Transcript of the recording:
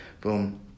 boom